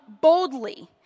boldly